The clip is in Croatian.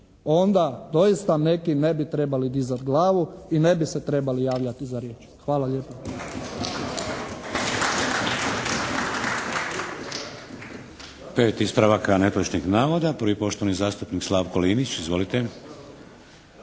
onda doista neki ne bi trebali dizati glavu i ne bi se trebali javljati za riječ. Hvala lijepo.